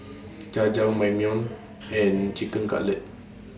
Jajangmyeon and Chicken Cutlet